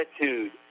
attitude